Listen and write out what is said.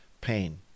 pain